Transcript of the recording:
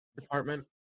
department